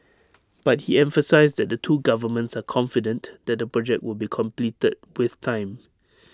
but he emphasised that the two governments are confident that the project will be completed with time